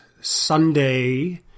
Sunday